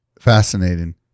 Fascinating